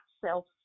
self